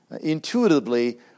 intuitively